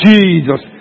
Jesus